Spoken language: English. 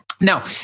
Now